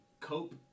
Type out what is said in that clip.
Cope